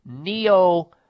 neo